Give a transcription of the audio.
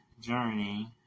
journey